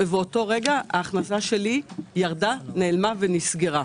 ובאותו רגע ההכנסה שלי ירדה, נעלמה ונסגרה.